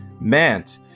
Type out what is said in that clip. meant